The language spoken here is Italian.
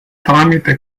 tramite